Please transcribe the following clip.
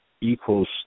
equals